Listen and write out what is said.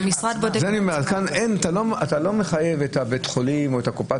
אתה לא מחייב את בית החולים או את קופת